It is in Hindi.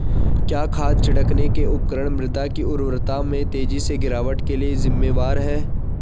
क्या खाद छिड़कने के उपकरण मृदा की उर्वरता में तेजी से गिरावट के लिए जिम्मेवार हैं?